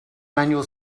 manual